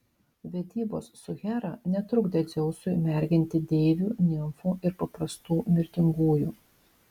vedybos su hera netrukdė dzeusui merginti deivių nimfų ir paprastų mirtingųjų